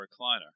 recliner